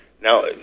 Now